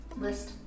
List